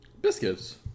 Biscuits